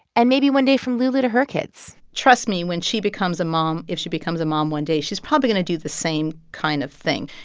and maybe one day from lulu to her kids trust me. when she becomes a mom, if she becomes a mom one day, she's probably going to do the same kind of thing.